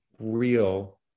real